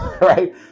right